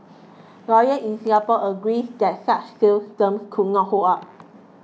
lawyers in Singapore agrees that such sales terms could not hold up